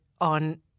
on